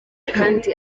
kandi